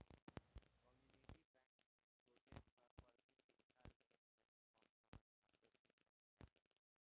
community bank में छोट स्तर पर भी रिंका लेन देन कम समय खातिर भी कईल जा सकेला